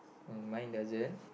mine doesn't